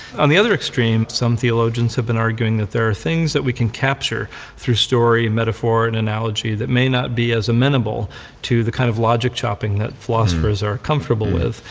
on the other extreme, some theologians have been arguing that there are things that we can capture through story and metaphor and analogy that may not be as amenable to the kind of logic chopping that philosophers are comfortable with.